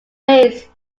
base